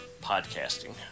podcasting